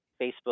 Facebook